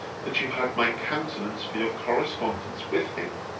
that you had my countenance for your correspondence with him